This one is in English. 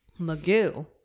Magoo